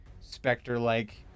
specter-like